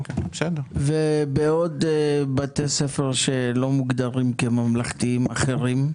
ובעוד בתי ספר שלא מוגדרים ממלכתיים אחרים,